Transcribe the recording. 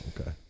okay